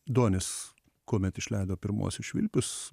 donis kuomet išleido pirmuosius švilpius